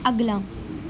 ਅਗਲਾ